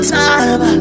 time